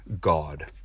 God